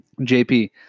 JP